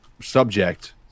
subject